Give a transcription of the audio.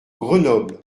grenoble